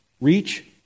Reach